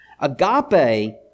Agape